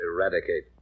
eradicate